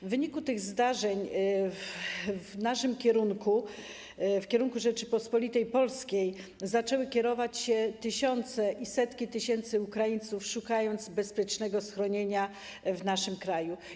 W wyniku tych zdarzeń w naszym kierunku, w kierunku Rzeczypospolitej Polskiej zaczęły kierować się setki tysięcy Ukraińców, którzy szukali bezpiecznego schronienia w naszym kraju.